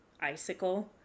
icicle